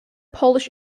polish